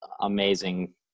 amazing